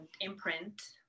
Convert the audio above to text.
imprint